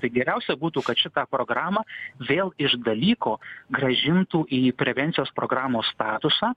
tai geriausia būtų kad šitą programą vėl iš dalyko grąžintų į prevencijos programos statusą